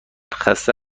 خسته